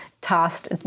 tossed